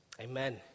Amen